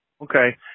Okay